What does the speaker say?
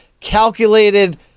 calculated